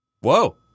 Whoa